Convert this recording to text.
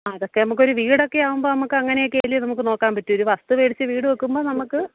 അതൊക്കെ നമുക്ക് ഒരു വീടൊക്കെ ആകുമ്പോൾ നമുക്ക് അങ്ങനയൊക്കെ അല്ലേ നമുക്ക് നോക്കാന് പറ്റൂ ഒരു വസ്തു മേടിച്ച് വീട് വെക്കുമ്പോൾ നമുക്ക്